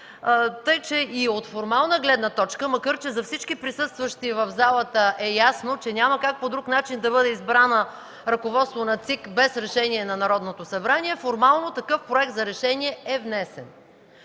Така че и от формална гледна точка, макар че за всички присъстващи в залата е ясно, че няма как по друг начин да бъде избрано ръководство на ЦИК без решение на Народното събрание, формално такъв проект за решение е внесен.